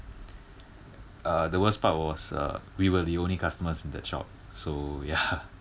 uh the worst part was uh we were the only customers in that shop so ya